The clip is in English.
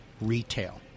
retail